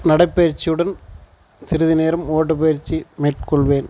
நடைப்பயிற்சி உடன் சிறுது நேரம் ஓட்ட பயிற்சி மேற்கொள்வேன்